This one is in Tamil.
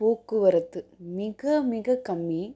போக்குவரத்து மிக மிக கம்மி